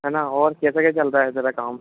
है ना और कैसा क्या चल रहा है तेरा काम